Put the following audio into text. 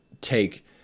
take